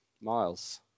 Miles